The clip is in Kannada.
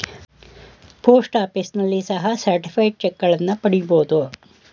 ಪೋಸ್ಟ್ ಆಫೀಸ್ನಲ್ಲಿ ಸಹ ಸರ್ಟಿಫೈಡ್ ಚಕ್ಗಳನ್ನ ಪಡಿಬೋದು